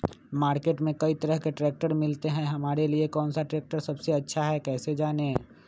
Market में कई तरह के ट्रैक्टर मिलते हैं हमारे लिए कौन सा ट्रैक्टर सबसे अच्छा है कैसे जाने?